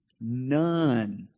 None